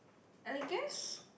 I guess